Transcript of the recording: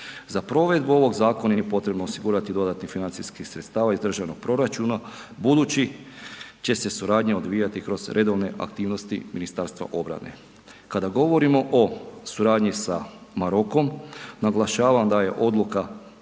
Za provedbu ovog zakona nije potrebno osigurati dodatnih financijskih sredstva iz državnog proračuna budući će se suradnja odvijati kroz redovne aktivnosti Ministarstva obrane. Kada govorimo o suradnji sa Marokom, naglašavam da je odluka